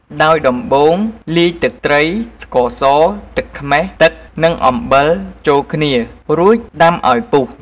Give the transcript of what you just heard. ដោយដំបូង លាយទឹកត្រី ស្ករស ទឹកខ្មេះ ទឹក និងអំបិល ចូលគ្នា រួចដាំឱ្យពុះ។